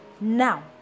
now